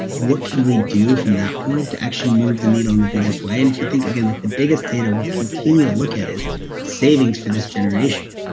what can we do from that point to actually move the needle in the biggest way? and if you think again, the biggest data we continue to look at is savings for this generation.